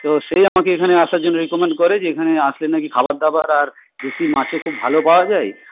তো সেই আমাকে এখানে আসার জন্য রেকমেন্ড করে যে এখানে আসলে না কি খাবার দাবার আর দেশি মাছও খুব ভালো পাওয়া যায়